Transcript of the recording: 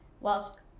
Whilst